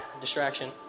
Distraction